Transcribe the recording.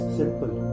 simple